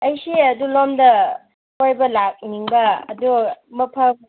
ꯑꯩꯁꯦ ꯑꯗꯣꯝꯗ ꯀꯣꯏꯕ ꯂꯥꯛꯅꯤꯡꯕ ꯑꯗꯣ ꯃꯐꯝ